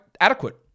adequate